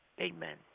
Amen